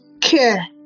care